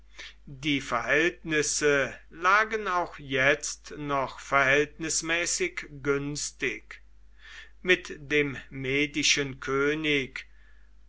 die verhältnisse lagen auch jetzt noch verhältnismäßig günstig mit dem medischen könig